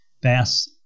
Bass